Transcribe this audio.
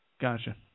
Gotcha